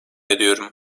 ediyorum